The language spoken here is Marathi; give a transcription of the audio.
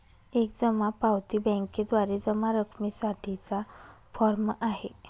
एक जमा पावती बँकेद्वारे जमा रकमेसाठी चा फॉर्म आहे